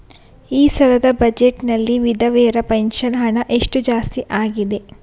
ಈ ಸಲದ ಬಜೆಟ್ ನಲ್ಲಿ ವಿಧವೆರ ಪೆನ್ಷನ್ ಹಣ ಎಷ್ಟು ಜಾಸ್ತಿ ಆಗಿದೆ?